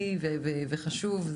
בסיסי וחשוב.